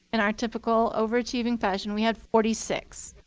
in our typical overachieving fashion, we had forty six.